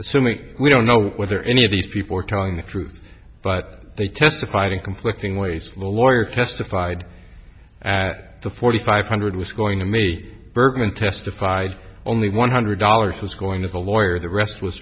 don't know whether any of these people are telling the truth but they testified in complex thing waste lawyer testified at the forty five hundred was going to me bergman testified only one hundred dollars was going to the lawyer the rest was